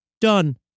done